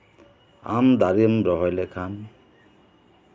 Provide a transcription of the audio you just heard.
ᱟᱢ ᱫᱟᱨᱮᱢ ᱨᱚᱦᱚᱭ ᱞᱮᱠᱷᱟᱱ